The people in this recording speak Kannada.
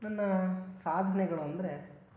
ನನ್ನ ಸಾಧನೆಗಳು ಅಂದರೆ